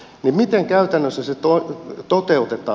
miten käytännössä se toteutetaan